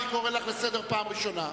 אני קורא לך לסדר פעם ראשונה.